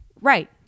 Right